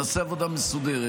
נעשה עבודה מסודרת,